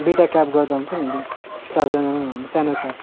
दुइटा क्याब गर्दा हुन्छ नि अन्त चारजनालाई सानो क्याब